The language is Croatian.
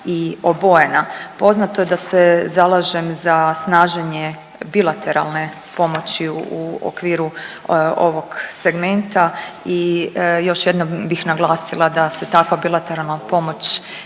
i obojena. Poznato je da se zalažem za snaženje bilateralne pomoći u okviru ovog segmenta i još jednom bih naglasila da se takva bilateralna pomoć